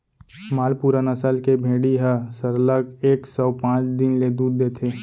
मालपुरा नसल के भेड़ी ह सरलग एक सौ पॉंच दिन ले दूद देथे